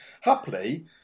Happily